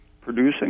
producing